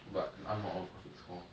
but I'm not a graphics whore